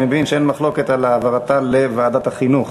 אני מבין שאין מחלוקת על העברתה לוועדת החינוך.